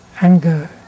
Anger